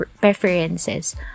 preferences